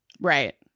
Right